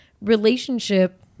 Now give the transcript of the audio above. relationship